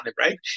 right